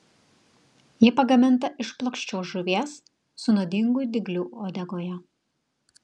ji pagaminta iš plokščios žuvies su nuodingu dygliu uodegoje